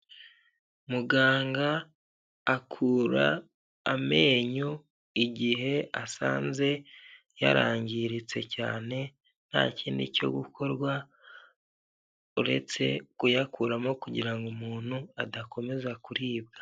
Muganga akura amenyo igihe asanze yarangiritse cyane nta kindi cyo gukorwa uretse kuyakuramo kugira ngo umuntu adakomeza kuribwa.